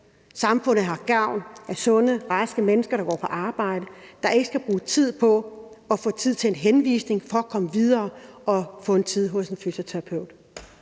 Samfundet har gavn af sunde, raske mennesker, der går på arbejde, og som ikke skal bruge tid på at få en henvisning for at komme videre og få en tid hos en fysioterapeut.